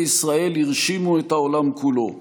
ישראל הרשימו את העולם כולו בלכידות,